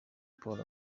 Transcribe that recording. paul